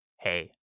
hey